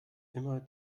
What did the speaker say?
immer